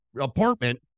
apartment